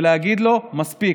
ולהגיד לו: מספיק,